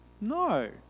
No